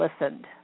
listened